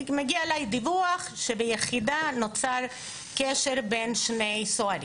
מגיע אליי דיווח שביחידה נוצר קשר בין שני סוהרים.